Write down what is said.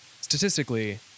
statistically